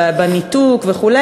בניתוק וכו',